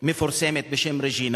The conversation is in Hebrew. מפורסמת בשם רג'ינה